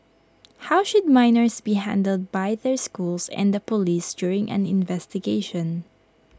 how should minors be handled by their schools and the Police during an investigation